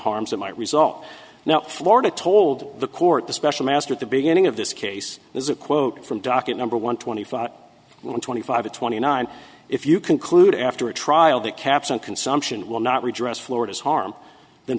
harms that might result now florida told the court the special master at the beginning of this case there's a quote from docket number one twenty five twenty five twenty nine if you conclude after a trial that caps on consumption will not reach us florida's harm th